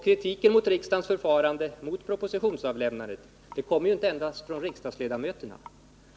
Kritiken mot propositionsavlämnandet kommer inte endast från riksdagsledamöterna.